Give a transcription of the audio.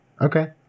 Okay